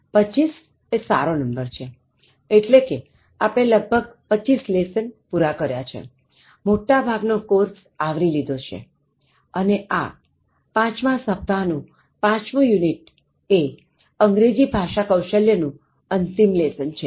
25 એ સારો નંબર છેએટલે કે આપણે લગભગ 25 લેસન પૂરા કર્યા છે મોટા ભાગ નો કોર્સ આવરી લીધો છે અને આ પાંચમાં સપ્તાહ નું પાંચમું યુનિટ એ અંગ્રેજી ભાષા કૌશલ્ય નું અંતિમ લેસન છે